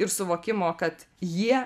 ir suvokimo kad jie